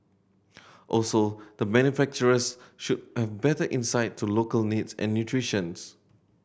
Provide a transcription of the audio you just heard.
also the manufacturers should have better insight to local needs and nutritions